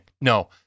No